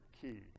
key